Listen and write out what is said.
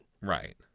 right